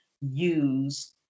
use